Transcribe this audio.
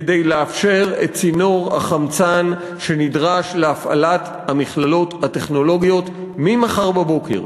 כדי לאפשר את צינור החמצן שנדרש להפעלת המכללות הטכנולוגיות ממחר בבוקר.